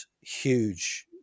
huge